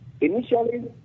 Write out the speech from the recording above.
Initially